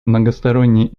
многосторонние